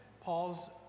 Paul's